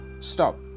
stop